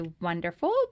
wonderful